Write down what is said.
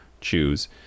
choose